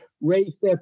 race